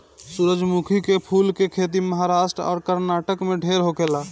सूरजमुखी के फूल के खेती महाराष्ट्र आ कर्नाटक में ढेर होखेला